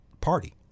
party